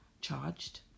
charged